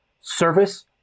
service